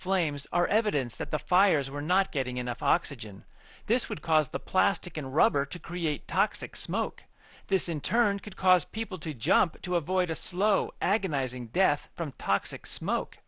flames are evidence that the fires were not getting enough oxygen this would cause the plastic and rubber to create toxic smoke this in turn could cause people to jump to avoid a slow agonizing death from toxic smoke